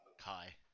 Kai